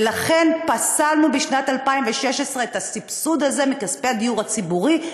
ולכן פסלנו בשנת 2016 את הסבסוד הזה מכספי הדיור הציבורי,